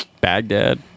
Baghdad